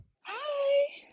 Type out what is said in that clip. hi